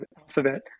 alphabet